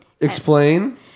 Explain